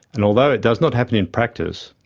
and although it does not happen in practice,